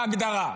בהגדרה.